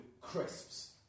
crisps